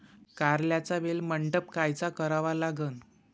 कारल्याचा वेल मंडप कायचा करावा लागन?